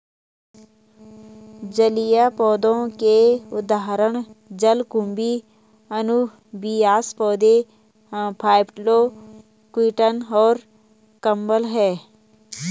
जलीय पौधों के उदाहरण जलकुंभी, अनुबियास पौधे, फाइटोप्लैंक्टन और कमल हैं